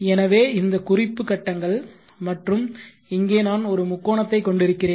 எனவே இந்த குறிப்பு கட்டங்கள் மற்றும் இங்கே நான் ஒரு முக்கோணத்தைக் கொண்டிருக்கிறேன்